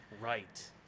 Right